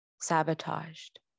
sabotaged